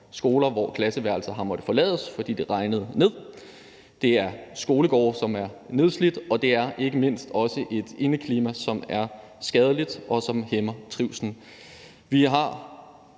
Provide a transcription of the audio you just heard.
skoler, hvor klasseværelser har måttet forlades, fordi det regnede ind. Det handler om skolegårde, som er nedslidte, og det handler ikke mindst også om et indeklima, som er skadeligt, og som hæmmer trivslen.